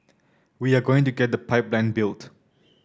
we are going to get the pipeline built